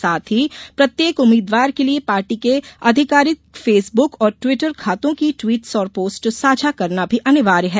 साथ ही प्रत्येक उम्मीदवार के लिये पार्टी के अधिकारिक फेसबुक और ट्वीटर खातों की ट्वीटस और पोस्ट साझा करना भी अनिवार्य है